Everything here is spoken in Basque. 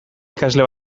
ikasle